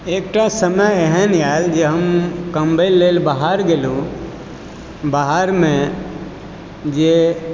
एकटा समय एहन आएल जे हम कमबय लेल बाहर गेलु बाहरमे जे